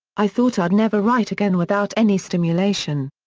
i thought i'd never write again without any stimulation.